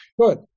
Good